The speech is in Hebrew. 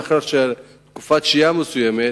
לאחר תקופת שהייה מסוימת